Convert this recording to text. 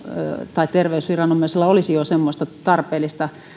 tai terveysviranomaisilla olisi jo semmoista tarpeellista